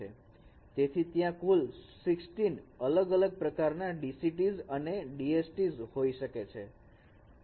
તેથી ત્યાં કુલ 16 અલગ અલગ પ્રકારના DCTs અને DSTs હોઈ શકે છે